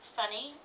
funny